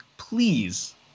Please